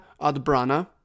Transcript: Adbrana